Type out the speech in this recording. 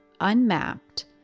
unmapped